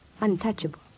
untouchable